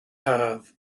haf